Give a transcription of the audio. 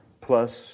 plus